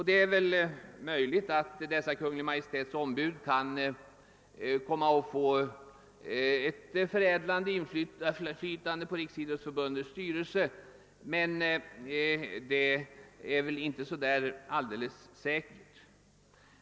Det är möjligt att dessa Kungl. Maj:ts ombud kan få ett förädlande inflytande på Riksidrottsförbundets styrelse, men alldeles säkert är väl detta inte.